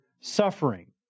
suffering